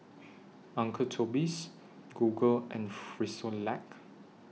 Uncle Toby's Google and Frisolac